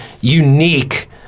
unique